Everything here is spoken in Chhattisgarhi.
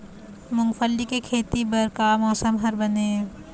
मूंगफली के खेती बर का मौसम हर बने ये?